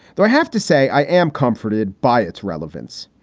though i have to say i am comforted by its relevance,